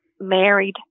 married